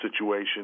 situation